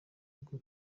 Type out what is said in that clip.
ubwo